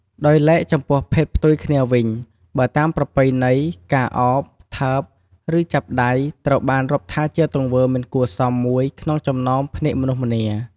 ដោយឡែកចំពោះភេទផ្ទុយគ្នាវិញ បើតាមប្រពៃណី ការអោប ថើប ឬ ចាប់ដៃ ត្រូវបានរាប់ថាជាទង្វើមិនគួរសមមួយក្នុងចំណោមភ្នែកមនុស្សម្នា។